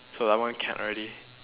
so that one can't already